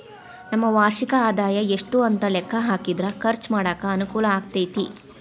ನಮ್ಮ ವಾರ್ಷಿಕ ಆದಾಯ ಎಷ್ಟು ಅಂತ ಲೆಕ್ಕಾ ಹಾಕಿದ್ರ ಖರ್ಚು ಮಾಡಾಕ ಅನುಕೂಲ ಆಗತೈತಿ